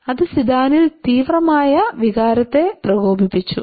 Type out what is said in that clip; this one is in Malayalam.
അത് സിദാനിൽ തീവ്രമായ വികാരത്തെ പ്രകോപിപ്പിച്ചു